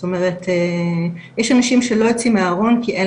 זאת אומרת יש אנשים שלא יוצאים מהארון כי אין